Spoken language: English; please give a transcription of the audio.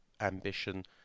ambition